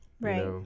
right